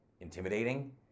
intimidating